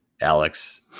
Alex